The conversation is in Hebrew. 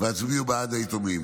והצביעו בעד היתומים.